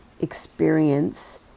experience